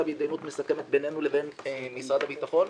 בהתדיינות מסכמת בינינו לבין משרד הביטחון.